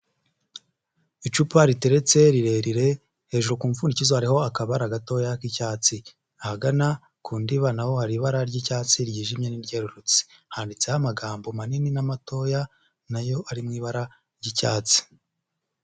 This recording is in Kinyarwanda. Icupa riteretse rirerire, hejuru ku mupfundikizo hariho akabara gatoya k'icyatsi, ahagana ku ndiba naho hari ibara ry'icyatsi ryijimye n'iryerurutse, handitseho amagambo manini n'amatoya, nayo ari mu ibara ry'icyatsi.